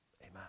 Amen